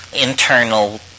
internal